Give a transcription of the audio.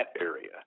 area